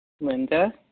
Linda